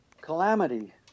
calamity